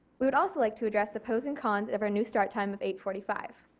we would also like to address the pros and cons of our new start time of eight forty five.